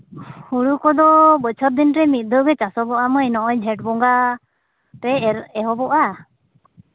ᱦᱳᱲᱳ ᱠᱚᱫᱚ ᱵᱚᱪᱷᱚᱨ ᱫᱤᱱ ᱨᱮ ᱢᱤᱫ ᱫᱷᱟᱣ ᱜᱮ ᱪᱟᱥ ᱪᱟᱥᱚᱜᱚᱜᱼᱟ ᱢᱟᱹᱭ ᱱᱚᱜᱼᱚᱭ ᱡᱷᱮᱸᱴ ᱵᱚᱸᱜᱟ ᱛᱮ ᱮᱨ ᱮᱦᱚᱵᱚᱜᱼᱟ